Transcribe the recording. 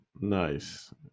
Nice